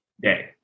day